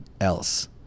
else